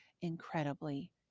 incredibly